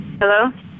Hello